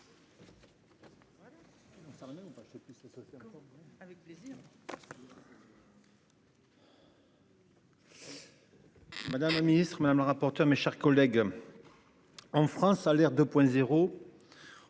Madame le Ministre, madame le rapporteur, mes chers collègues. En France, à l'air de